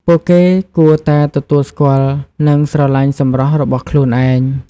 ពួកគេគួរតែទទួលស្គាល់និងស្រឡាញ់សម្រស់របស់ខ្លួនឯង។